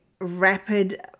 rapid